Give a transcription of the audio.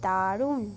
দারুণ